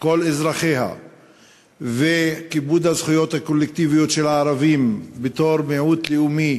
כל אזרחיה וכיבוד הזכויות הקולקטיביות של הערבים בתור מיעוט לאומי